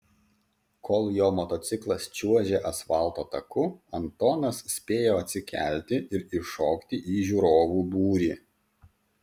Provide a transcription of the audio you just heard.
kol jo motociklas čiuožė asfalto taku antonas spėjo atsikelti ir įšokti į žiūrovų būrį